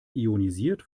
ionisiert